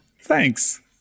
Thanks